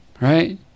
Right